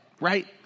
right